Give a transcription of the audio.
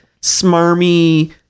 smarmy